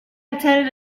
attended